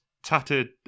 Tattered